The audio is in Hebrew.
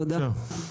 תודה רבה.